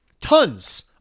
tons